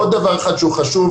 עוד דבר אחד שהוא חשוב,